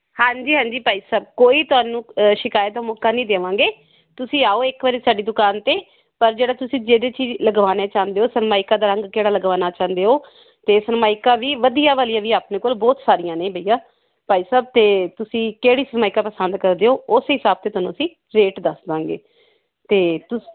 ਹਾਂਜੀ ਹਾਂਜੀ ਭਾਈ ਸਾਹਿਬ ਕੋਈ ਤੁਹਾਨੂੰ ਸ਼ਿਕਾਇਤ ਦਾ ਮੌਕਾ ਨਹੀਂ ਦੇਵਾਂਗੇ ਤੁਸੀਂ ਆਓ ਇੱਕ ਵਾਰੀ ਸਾਡੀ ਦੁਕਾਨ ਅਤੇ ਪਰ ਜਿਹੜਾ ਤੁਸੀਂ ਜਿਹੜੀ ਚੀਜ਼ ਲਗਵਾਉਣੇ ਚਾਹੁੰਦੇ ਹੋ ਸਰਮਾਇਕਾ ਦਾ ਰੰਗ ਕਿਹੜਾ ਲਗਵਾਉਣਾ ਚਾਹੁੰਦੇ ਹੋ ਅਤੇ ਸਰਮਾਇਕਾ ਬਈ ਵਧੀਆ ਵਾਲੀਆਂ ਵੀ ਆਪਣੇ ਕੋਲ ਬਹੁਤ ਸਾਰੀਆਂ ਨੇ ਬਇਆ ਭਾਈ ਸਾਹਿਬ ਅਤੇ ਤੁਸੀਂ ਕਿਹੜੀ ਸਰਮਾਇਕਾ ਪਸੰਦ ਕਰਦੇ ਹੋ ਉਸ ਹਿਸਾਬ 'ਤੇ ਤੁਹਾਨੂੰ ਅਸੀਂ ਰੇਟ ਦੱਸ ਦਿਆਂਗੇ ਅਤੇ ਤੁਸੀਂ